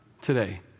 today